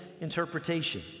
interpretation